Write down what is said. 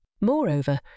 Moreover